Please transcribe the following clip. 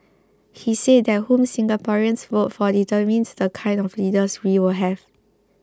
he said that whom Singaporeans vote for determines the kind of leaders we will have